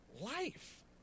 life